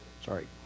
sorry